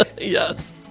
Yes